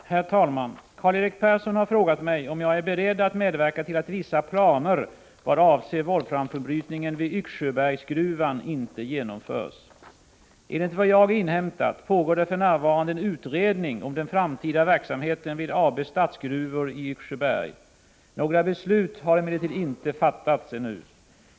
EE ar Herr talman! Karl-Erik Persson har frågat mig om jag är beredd att 88' : SEN kola - E ;; få brytningen vid Yxsjömedverka till att vissa planer vad avser volframbrytningen vid Yxsjöbergsbergsgruvan Enligt vad jag inhämtat pågår det för närvarande en utredning om den framtida verksamheten vid AB Statsgruvor i Yxsjöberg. Några beslut har emellertid inte fattats ännu.